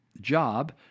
job